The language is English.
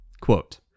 Quote